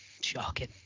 Shocking